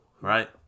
right